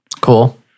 Cool